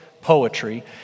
poetry